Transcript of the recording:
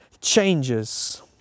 changes